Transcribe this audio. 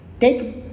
take